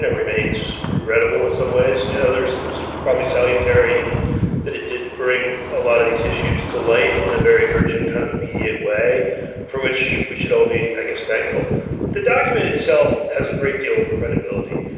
remains regrettable in some ways. in others, it was probably salutary in that it did bring a lot of these issues to light in a very urgent kind of immediate way for which we should all be, i guess, thankful the document itself has a great deal of credibility.